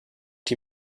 die